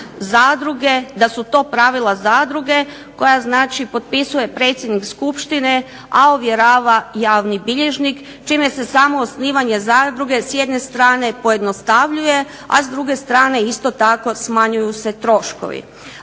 da su to pravila zadruge koja znači potpisuje predsjednik skupštine, a ovjerava javni bilježnik čime se samo osnivanje zadruge s jedne strane pojednostavljuje, a s druge strane isto tako smanjuju se troškovi.